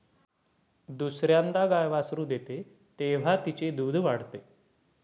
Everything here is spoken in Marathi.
दुसर्यांदा गाय वासरू देते तेव्हा तिचे दूध वाढते